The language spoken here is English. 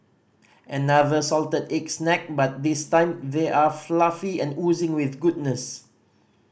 another salted egg snack but this time they are fluffy and oozing with goodness